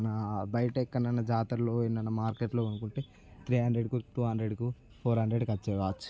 బయట ఎక్కడనైనా జాతరలో ఏడనైనా మార్కెట్లో కొనుక్కుంటే టూ హండ్రడ్కు థ్రీ హండ్రడ్కు ఫోర్ హండ్రడ్కు వచ్చే వాచ్